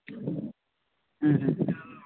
ᱦᱮᱸ ᱦᱮᱸ